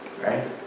right